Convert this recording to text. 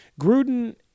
Gruden